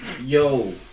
yo